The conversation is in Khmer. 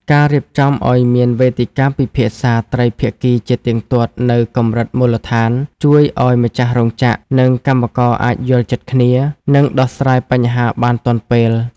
ការរៀបចំឱ្យមានវេទិកាពិភាក្សាត្រីភាគីជាទៀងទាត់នៅកម្រិតមូលដ្ឋាន ជួយឱ្យម្ចាស់រោងចក្រ និងកម្មករអាចយល់ចិត្តគ្នា និងដោះស្រាយបញ្ហាបានទាន់ពេល។